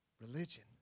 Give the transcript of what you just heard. Religion